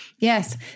Yes